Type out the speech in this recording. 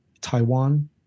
Taiwan